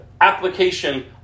Application